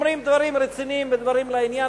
אומרים דברים רציניים ודברים לעניין,